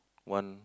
one